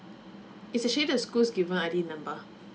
it's actually the schools given I_D number